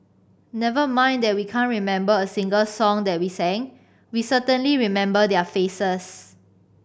never mind that we can't remember a single song that we sing we certainly remember their faces